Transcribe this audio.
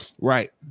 Right